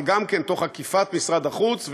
אבל גם כן תוך עקיפת משרד החוץ,